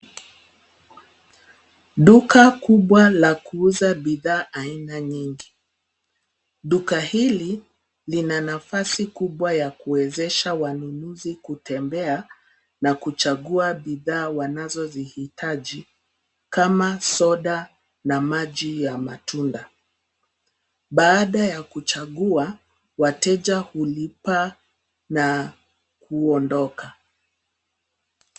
Duka kubwa la kuuza bidhaa aina nyingi. Duka hili lina nafasi kubwa ya kuwezesha wanunuzi kutembea na kuchagua bidhaa wanazozihitaji kama soda na maji ya matunda. Baada ya kuchagua, wateja hulipa na kuondoka.